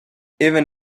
even